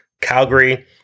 Calgary